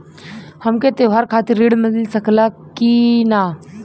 हमके त्योहार खातिर त्रण मिल सकला कि ना?